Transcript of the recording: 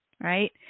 right